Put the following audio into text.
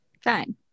Fine